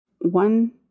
one